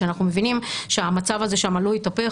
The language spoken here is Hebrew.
שאנחנו מבינים שהמצב הזה שם לא יתהפך